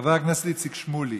חבר הכנסת איציק שמולי,